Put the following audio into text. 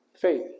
faith